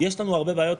יש לנו הרבה בעיות,